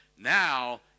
now